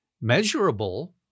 measurable